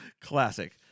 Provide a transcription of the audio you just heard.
Classic